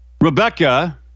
Rebecca